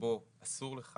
שבו אסור לך